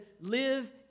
live